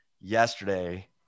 yesterday